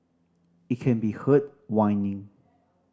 it can be heard whining